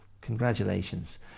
congratulations